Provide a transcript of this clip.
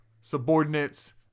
subordinates